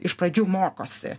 iš pradžių mokosi